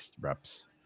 reps